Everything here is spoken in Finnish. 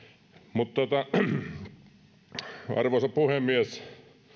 arvoisa puhemies